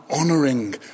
honoring